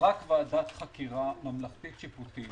רק ועדת חקירה ממלכתית שיפוטית